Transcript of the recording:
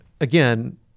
again